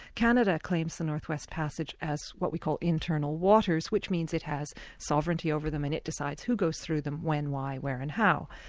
canada claims the north west passage as what we call internal waters which means it has sovereignty over them, and it decides who goes through them, when, why, where and how.